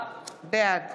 בעד